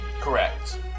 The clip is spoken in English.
Correct